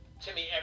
Timmy